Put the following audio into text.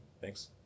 thanks